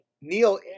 Neil